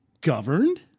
governed